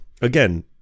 Again